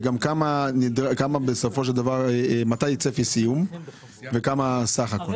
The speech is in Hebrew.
תבדקי גם מה הצפי לסיום וכמה בסך הכול.